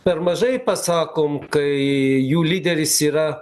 per mažai pasakom kai jų lyderis yra